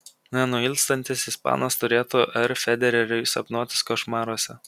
nenuilstantis ispanas turėtų r federeriui sapnuotis košmaruose